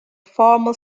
formal